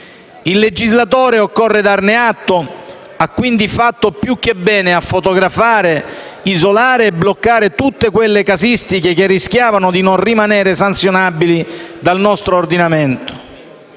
Il legislatore, occorre darne atto, ha quindi fatto più che bene a fotografare, isolare e bloccare tutte quelle casistiche che rischiavano di non rimanere sanzionabili dal nostro ordinamento.